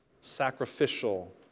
Sacrificial